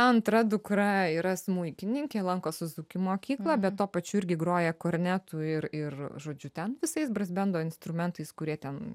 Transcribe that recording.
antra dukra yra smuikininkė lanko suzuki mokyklą bet tuo pačiu irgi groja kornetu ir ir žodžiu ten visais bruzbendo instrumentais kurie ten